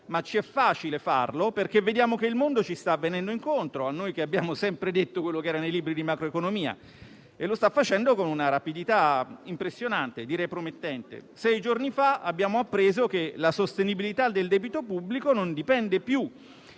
ma ci è facile farlo, perché vediamo che il mondo ci sta venendo incontro, a noi che abbiamo sempre detto quello che era nei libri di macroeconomia, e lo sta facendo con una rapidità impressionante, direi promettente. Sei giorni fa abbiamo appreso che la sostenibilità del debito pubblico non dipende più,